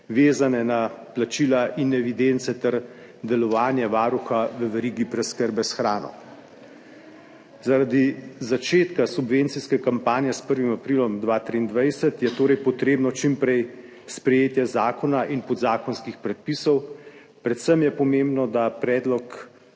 vezane na plačila in evidence ter delovanje varuha v verigi preskrbe s hrano. Zaradi začetka subvencijske kampanje s 1. aprilom 2023 **9. TRAK: (SB) – 11.40** (Nadaljevanje) je torej potrebno čim prej sprejetje zakona in podzakonskih predpisov, predvsem je pomembno, da predlog